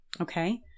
Okay